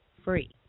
free